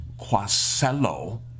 Quasello